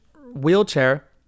wheelchair